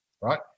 right